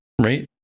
right